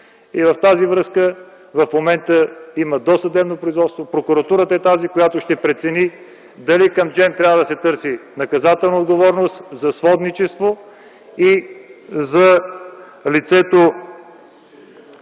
В тази връзка в момента има досъдебно производство. Прокуратурата е тази, която ще прецени дали към Джем трябва да се търси наказателна отговорност за сводничество и дали лицето